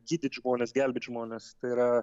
gydyt žmones gelbėt žmones tai yra